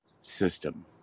system